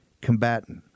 combatant